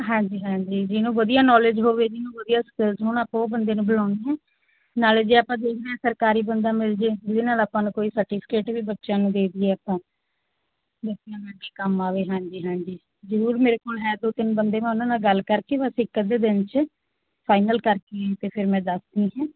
ਹਾਂਜੀ ਹਾਂਜੀ ਜਿਹਨੂੰ ਵਧੀਆ ਨੌਲੇਜ ਹੋਵੇ ਜਿਹਨੂੰ ਵਧੀਆ ਸਕਿੱਲਸ ਹੋਣ ਆਪਾਂ ਉਹ ਬੰਦੇ ਨੂੰ ਬੁਲਾਉਂਦੇ ਹਾਂ ਨਾਲੇ ਜੇ ਆਪਾਂ ਦੇਖਦੇ ਹਾਂ ਸਰਕਾਰੀ ਬੰਦਾ ਮਿਲ ਜਾਵੇ ਜਿਹਦੇ ਨਾਲ ਆਪਾਂ ਨੂੰ ਕੋਈ ਸਰਟੀਫਿਕੇਟ ਵੀ ਬੱਚਿਆਂ ਨੂੰ ਦੇ ਦਈਏ ਆਪਾਂ ਬੱਚਿਆਂ ਨੂੰ ਅੱਗੇ ਕੰਮ ਆਵੇ ਹਾਂਜੀ ਹਾਂਜੀ ਜ਼ਰੂਰ ਮੇਰੇ ਕੋਲ ਹੈ ਦੋ ਤਿੰਨ ਬੰਦੇ ਮੈਂ ਉਹਨਾਂ ਨਾਲ ਗੱਲ ਕਰਕੇ ਬਸ ਇੱਕ ਅੱਧੇ ਦਿਨ 'ਚ ਫਾਈਨਲ ਕਰਕੇ ਅਤੇ ਫੇਰ ਮੈਂ ਦੱਸ